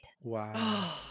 Wow